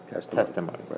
testimony